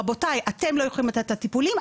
רבותיי אתם לא יכולים לתת את הטיפולים,